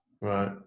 right